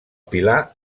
pilar